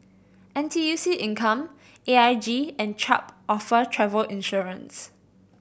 N T U C Income A I G and Chubb offer travel insurance